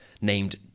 named